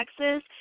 Texas